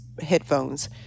headphones